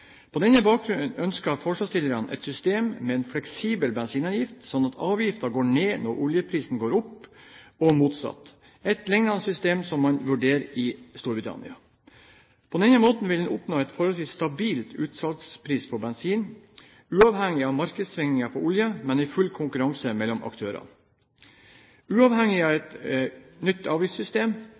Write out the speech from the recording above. På denne bakgrunn ønsker forslagsstillerne et system med en fleksibel bensinavgift, slik at avgiften går ned når oljeprisen går opp og motsatt – et lignende system som man vurderer i Storbritannia. På denne måten vil en oppnå en forholdsvis stabil utsalgspris på bensin, uavhengig av markedssvingninger på olje, men med full konkurranse mellom aktørene. Uavhengig av et nytt avgiftssystem